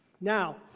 Now